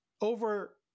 over